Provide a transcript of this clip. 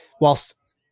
whilst